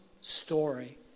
story